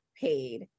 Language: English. paid